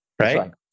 right